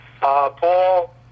Paul